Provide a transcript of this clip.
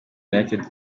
united